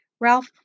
Ralph